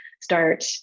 start